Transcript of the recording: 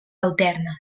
alternes